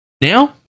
Now